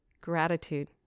gratitude